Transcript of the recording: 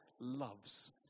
loves